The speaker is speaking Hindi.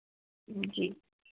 जी